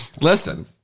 Listen